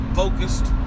focused